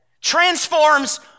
transforms